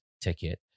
ticket